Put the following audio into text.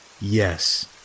Yes